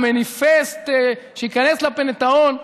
המניפסט שייכנס לפנתאון,